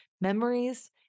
memories